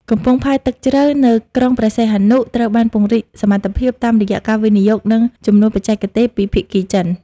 កំពង់ផែទឹកជ្រៅនៅក្រុងព្រះសីហនុត្រូវបានពង្រីកសមត្ថភាព តាមរយៈការវិនិយោគ និងជំនួយបច្ចេកទេសពីភាគីចិន។